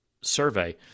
survey